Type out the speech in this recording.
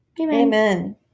amen